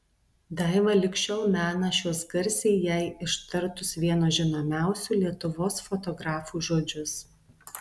daiva lig šiol mena šiuos garsiai jai ištartus vieno žinomiausių lietuvos fotografų žodžius